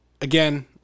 again